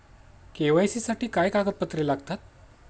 KYC साठी काय कागदपत्रे लागतात?